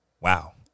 Wow